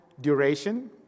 duration